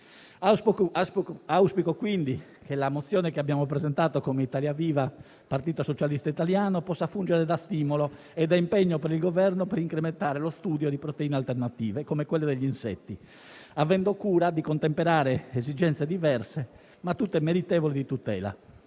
Auspico quindi che la mozione che abbiamo presentato come Italia Viva-Partito Socialista Italiano, possa fungere da stimolo e da impegno per il Governo per incrementare lo studio di proteine alternative, come quelle degli insetti, avendo cura di contemperare esigenze diverse, ma tutte meritevoli di tutela;